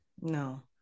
No